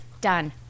Done